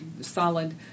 solid